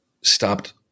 stopped